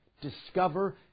discover